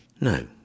No